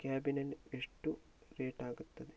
ಕ್ಯಾಬಿನಲ್ಲಿ ಎಷ್ಟು ರೇಟ್ ಆಗುತ್ತದೆ